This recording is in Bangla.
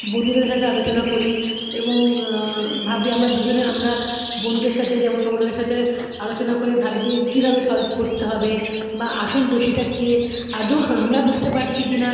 বন্ধুদের সাথে আলোচনা করি এবং ভাবি আমরা দুজনে আমরা বন্ধুদের সাথে যেমন বা সাথে আলোচনা করে ভাবি যে কীভাবে সলভ করতে হবে বা আসল দোষীটা কে আদোও আমরা বুঝতে পারছি কিনা